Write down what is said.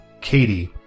Katie